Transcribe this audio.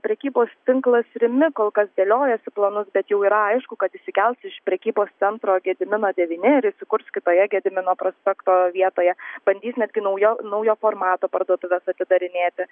prekybos tinklas rimi kol kas dėliojasi planus bet jau yra aišku kad išsikels iš prekybos centro gedimino devyni ir įsikurs kitoje gedimino prospekto vietoje bandys netgi naujo naujo formato parduotuves atidarinėti